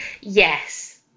Yes